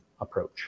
approach